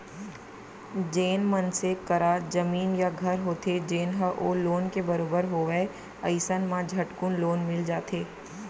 जेन मनसे करा जमीन या घर होथे जेन ह ओ लोन के बरोबर होवय अइसन म झटकुन लोन मिल जाथे